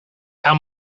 how